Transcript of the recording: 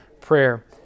prayer